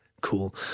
cool